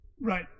Right